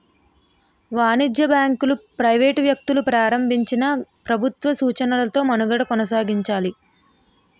వాణిజ్య బ్యాంకులు ప్రైవేట్ వ్యక్తులు ప్రారంభించినా ప్రభుత్వ సూచనలతో మనుగడ కొనసాగించాలి